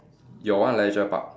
your one leisure park